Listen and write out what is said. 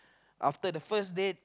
after the first date